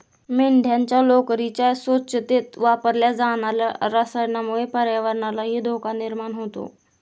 मेंढ्यांच्या लोकरीच्या स्वच्छतेत वापरल्या जाणार्या रसायनामुळे पर्यावरणालाही धोका निर्माण होतो